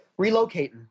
Relocating